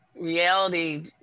reality